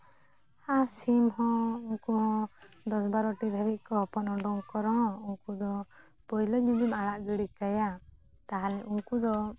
ᱟᱨ ᱥᱤᱢ ᱦᱚᱸ ᱩᱱᱠᱩ ᱦᱚᱸ ᱫᱚᱥ ᱵᱟᱨᱚᱴᱤ ᱫᱷᱟᱹᱵᱤᱡ ᱠᱚ ᱦᱚᱯᱚᱱ ᱩᱰᱩᱝ ᱠᱚ ᱨᱮᱦᱚᱸ ᱩᱱᱠᱩ ᱫᱚ ᱯᱟᱹᱭᱞᱟᱹ ᱡᱩᱫᱤᱢ ᱟᱲᱟᱜ ᱜᱤᱲᱤ ᱠᱟᱭᱟ ᱛᱟᱦᱚᱞᱮ ᱩᱱᱠᱩ ᱫᱚ